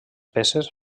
peces